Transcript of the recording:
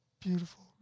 beautiful